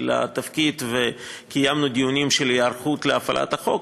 לתפקיד וקיימנו דיונים של היערכות להפעלת החוק,